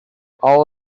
all